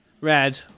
Red